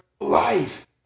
life